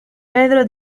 pedro